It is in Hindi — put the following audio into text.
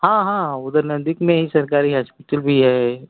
हाँ हाँ उधर नज़दीक में ही सरकारी हास्पिटल भी है